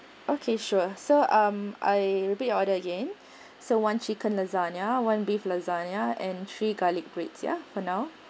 okay sure so um I repeat your order again so one chicken lasagna one beef lasagna and three garlic breads ya for now